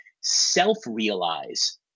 self-realize